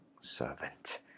servant